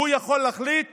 הוא יכול להחליט